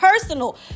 personal